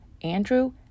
Andrew